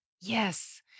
Yes